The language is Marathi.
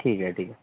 ठीक आहे ठीक आहे